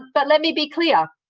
but let me be clear,